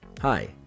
Hi